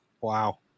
wow